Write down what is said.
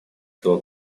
этого